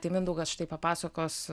tai mindaugas štai papasakos